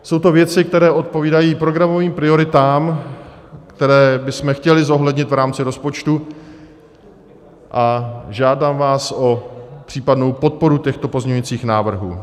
Jsou to věci, které odpovídají programovým prioritám, které bychom chtěli zohlednit v rámci rozpočtu, a žádám vás o případnou podporu těchto pozměňovacích návrhů.